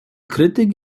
krytyk